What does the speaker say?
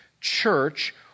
church